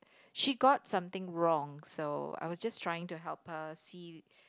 she got something wrong so I was just trying to help her see